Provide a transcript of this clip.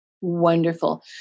wonderful